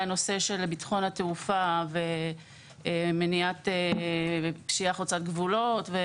שקשורות לביטחון תעופה ומניעת פשיעה חוצת גבולות.